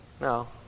No